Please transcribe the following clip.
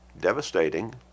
devastating